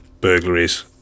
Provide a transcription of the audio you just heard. burglaries